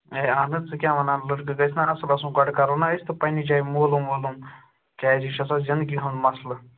ہے اہَن حظ ژٕ کیٛاہ وَنان لڑکہٕ گَژھِ نا اَصٕل آسُن گۄڈٕ کَرو نا أسۍ تہِ پنٕنہِ جایہِ معلوٗم ولوٗم کیٛازِ یہِ چھُ آسان زِنٛدگی ہُنٛد مسلہٕ